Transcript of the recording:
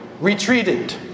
retreated